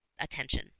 attention